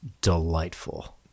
delightful